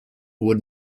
would